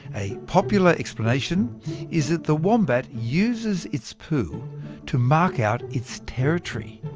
a popular explanation is that the wombat uses its poo to mark out its territory,